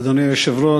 אדוני היושב-ראש,